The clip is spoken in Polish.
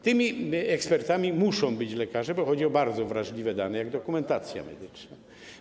Tymi ekspertami muszą być lekarze, bo chodzi o bardzo wrażliwe dane, takie jak dokumentacja medyczna.